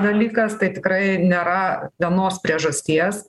dalykas tai tikrai nėra vienos priežasties